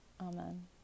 Amen